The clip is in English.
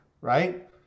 right